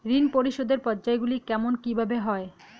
ঋণ পরিশোধের পর্যায়গুলি কেমন কিভাবে হয়?